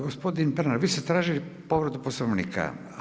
Gospodin Pernar vi ste tražili povredu Poslovnika?